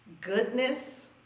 goodness